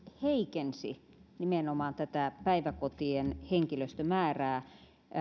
nimenomaan heikensi päiväkotien henkilöstömäärää